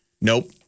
nope